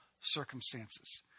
circumstances